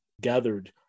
gathered